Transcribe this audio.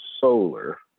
solar